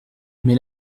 mais